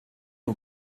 aux